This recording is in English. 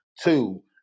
two